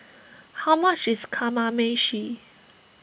how much is Kamameshi